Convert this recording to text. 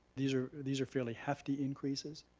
these are these are fairly hefty increases.